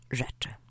rzeczy